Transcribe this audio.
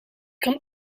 kan